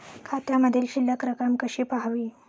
खात्यामधील शिल्लक रक्कम कशी पहावी?